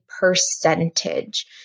percentage